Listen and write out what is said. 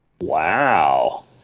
Wow